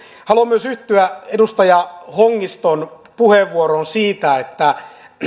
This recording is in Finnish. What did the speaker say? haluan myös yhtyä edustaja hongiston puheenvuoroon siitä että